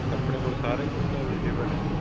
ਆਪਣੇ ਕੋਲ ਸਾਰਾ ਹੀ ਮਤਲਬ ਅਵੇਲੇਬਲ ਹੈ